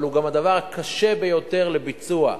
אבל הוא גם הדבר הקשה ביותר לביצוע.